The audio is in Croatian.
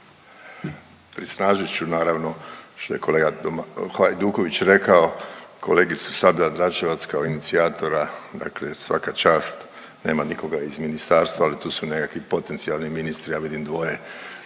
Prisnažit ću naravno što je kolega Hajduković rekao, kolegicu Sabljar-Dračevac kao inicijatora, dakle svaka čast, nema nikoga iz ministarstva, ali tu su nekakvi potencijalni ministri, ja vidim dvoje,